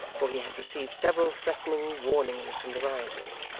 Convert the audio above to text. for he had received several threatening warnings from the rioters,